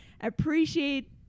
appreciate